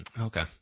Okay